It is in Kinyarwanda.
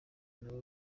n’abo